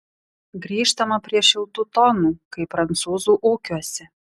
grįžtama prie šiltų tonų kai prancūzų ūkiuose